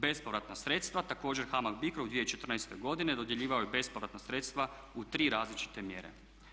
Bespovratna sredstva također HAMG BICRO u 2014. godini dodjeljivao je bespovratna sredstva u 3 različite mjere.